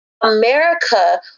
America